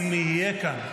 אם יהיה כאן.